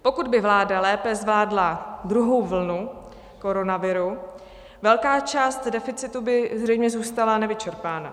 Pokud by vláda lépe zvládla druhou vlnu koronaviru, velká část deficitu by zřejmě zůstala nevyčerpána.